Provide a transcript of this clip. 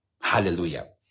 Hallelujah